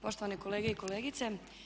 Poštovane kolege i kolegice.